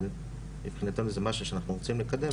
אבל מבחינתנו זה משהו שאנחנו רוצים לקדם.